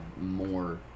more